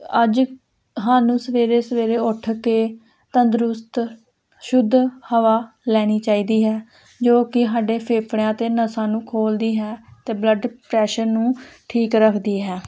ਅੱਜ ਸਾਨੂੰ ਸਵੇਰੇ ਸਵੇਰੇ ਉੱਠ ਕੇ ਤੰਦਰੁਸਤ ਸ਼ੁੱਧ ਹਵਾ ਲੈਣੀ ਚਾਹੀਦੀ ਹੈ ਜੋ ਕਿ ਸਾਡੇ ਫੇਫੜਿਆਂ ਅਤੇ ਨਸਾਂ ਨੂੰ ਖੋਲ੍ਹਦੀ ਹੈ ਅਤੇ ਬਲੱਡ ਪ੍ਰੈਸ਼ਰ ਨੂੰ ਠੀਕ ਰੱਖਦੀ ਹੈ